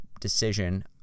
decision